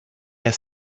had